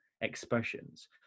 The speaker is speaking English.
expressions